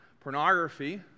pornography